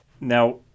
Now